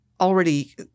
already